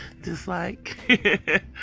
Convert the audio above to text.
dislike